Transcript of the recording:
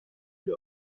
gli